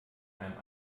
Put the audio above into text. einem